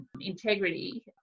integrity